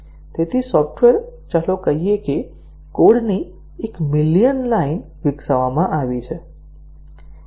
software ચાલો કહીએ કે કોડની એક મિલિયન લાઇન વિકસાવવામાં આવી છે